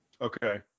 Okay